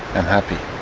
i'm happy.